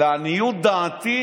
לעניות דעתי,